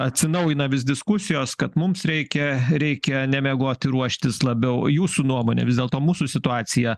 atsinaujina vis diskusijos kad mums reikia reikia nemiegoti ruoštis labiau jūsų nuomone vis dėlto mūsų situaciją